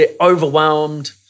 overwhelmed